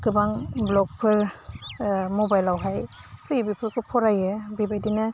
गोबां भ्लगफोर माबाइलावहाय होयो बेफोरखौ फरायो बेबायदिनो